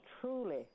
truly